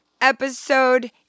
episode